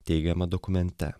teigiama dokumente